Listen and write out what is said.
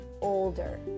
older